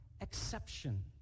exception